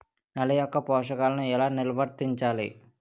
నెల యెక్క పోషకాలను ఎలా నిల్వర్తించాలి